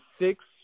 six